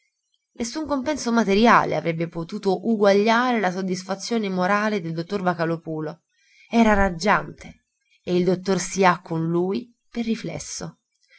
nessun compenso materiale avrebbe potuto uguagliare la soddisfazione morale del dottor vocalòpulo era raggiante e il dottor sià con lui per riflesso